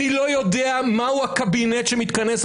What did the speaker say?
אני לא יודע מה הוא הקבינט שמתכנס.